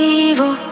evil